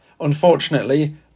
unfortunately